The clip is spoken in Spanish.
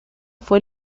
fue